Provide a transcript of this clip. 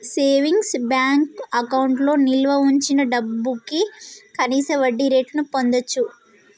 savings bank అకౌంట్లో నిల్వ వుంచిన డబ్భుకి కనీస వడ్డీరేటును పొందచ్చు